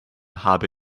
habe